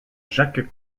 jacques